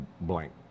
blank